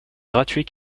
gratuit